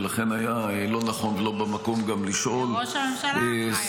ולכן היה לא נכון ולא במקום גם לשאול -- ראש הממשלה אחראי על זה.